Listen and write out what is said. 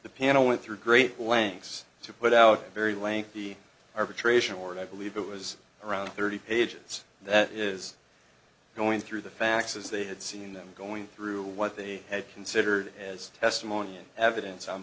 the panel went through great lengths to put out a very lengthy arbitration or i believe it was around thirty pages that is going through the facts as they had seen them going through what they had considered as testimony and evidence on